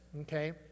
okay